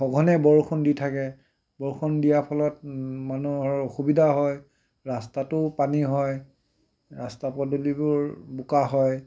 সঘনে বৰষুণ দি থাকে বৰষুণ দিয়াৰ ফলত মানুহৰ অসুবিধা হয় ৰাস্তাটো পানী হয় ৰাস্তা পদূলিবোৰ বোকা হয়